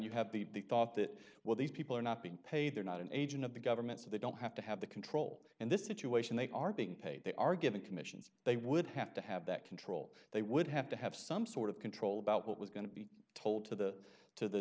you have the thought that well these people are not being paid they're not an agent of the government so they don't have to have the control and this situation they are being paid they are giving commissions they would have to have that control they would have to have some sort of control about what was going to be told to the to the